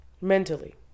mentally